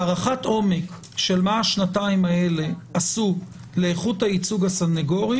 הערכת עומק של מה השנתיים האלה עשו לאיכות הייצוג הסנגורי